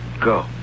go